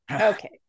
Okay